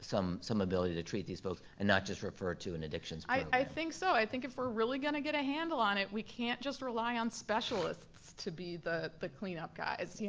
some some ability to treat these folks and not just refer to an addictions program. i think so. i think if we're really gonna get a handle on it, we can't just rely on specialists to be the the clean up guys. yeah